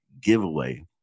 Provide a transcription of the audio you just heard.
giveaway